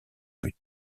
but